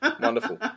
Wonderful